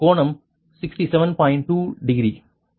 2 degree ஆக மாறும்